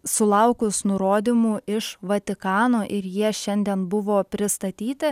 sulaukus nurodymų iš vatikano ir jie šiandien buvo pristatyti